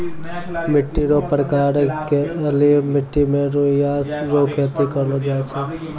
मिट्टी रो प्रकार काली मट्टी मे रुइया रो खेती करलो जाय छै